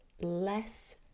less